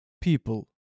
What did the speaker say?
people